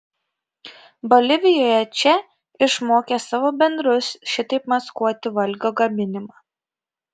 bolivijoje če išmokė savo bendrus šitaip maskuoti valgio gaminimą